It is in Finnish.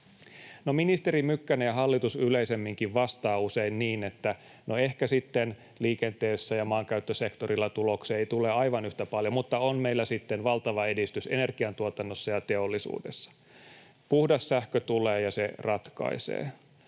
ministeri Mykkänen ja hallitus yleisemminkin vastaa usein niin, että ”no ehkä sitten liikenteessä ja maankäyttösektorilla tuloksia ei tule aivan yhtä paljon, mutta on meillä sitten valtava edistys energiantuotannossa ja teollisuudessa, puhdas sähkö tulee ja se ratkaisee”.